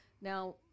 Now